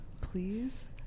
please